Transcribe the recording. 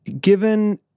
given